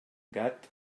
gat